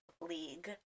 league